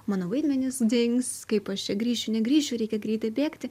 mano vaidmenys dings kaip aš čia grįšiu negrįšiu reikia greitai bėgti